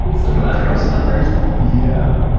some butterfly slippers? yeah.